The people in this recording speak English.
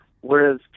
whereas